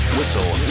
Whistle